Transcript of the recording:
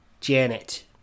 Janet